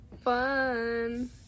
fun